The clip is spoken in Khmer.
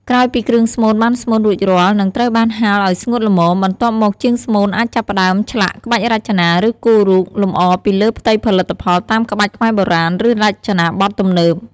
ក្រោយពីគ្រឿងស្មូនបានស្មូនរួចរាល់ នឹងត្រូវបានហាលឲ្យស្ងួតល្មម បន្ទាប់មកជាងស្មូនអាចចាប់ផ្ដើម ឆ្លាក់ ក្បាច់រចនា ឬគូររូប លម្អលើផ្ទៃផលិតផលតាមក្បាច់ខ្មែរបុរាណ ឬរចនាបថទំនើប។